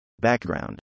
Background